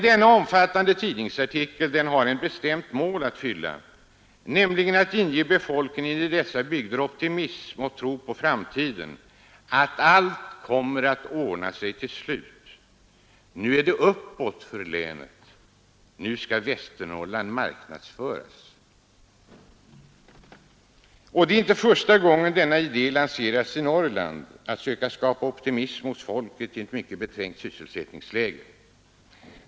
Denna omfattande tidningsartikel har ett bestämt mål att fylla, nämligen att inge befolkningen i dessa bygder optimism och tro på framtiden — tro att allt kommer att ordna sig till slut. Nu är det uppåt för länet. Nu skall Västernorrland marknadsföras. Det är inte första gången denna idé lanseras i Norrland, att söka skapa optimism hos folket i ett mycket beträngt sysselsättningsläge.